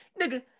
nigga